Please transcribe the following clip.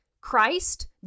Christ